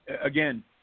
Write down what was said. again